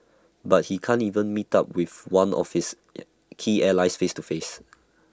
but he can't even meet up with one of his key allies face to face